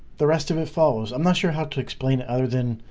the rest of it follows. i'm not sure how to explain other than